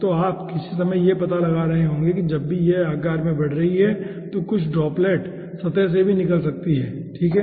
तो आप किसी समय यह पता लगा रहे होंगे कि जब भी यह आकार में बढ़ रही है तो कुछ ड्रॉपलेट सतह से भी निकल सकती है ठीक है